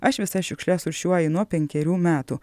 aš visas šiukšles rūšiuoju nuo penkerių metų